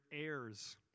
heirs